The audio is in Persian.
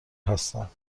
هستم